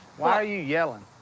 why are you yelling?